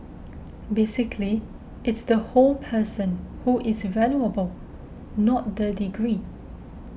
basically it's the whole person who is valuable not the degree